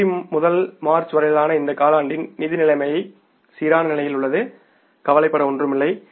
ஜனவரி முதல் மார்ச் வரையிலான இந்த காலாண்டின் நிதி நிலைமை சீரான நிலையில் உள்ளது கவலைப்பட ஒன்றுமில்லை